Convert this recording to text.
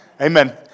Amen